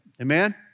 Amen